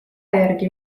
järgi